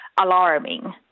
alarming